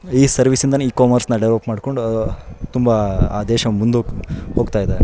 ಈ ಸರ್ವೀಸಿಂದಲೇ ಈ ಕಾಮರ್ಸ್ನ ಡೆವಲಪ್ ಮಾಡಿಕೊಂಡು ತುಂಬ ಆ ದೇಶ ಮುಂದೆ ಹೋಗಿ ಹೋಗ್ತಾ ಇದೆ